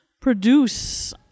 produce